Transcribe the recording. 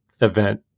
event